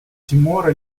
тимора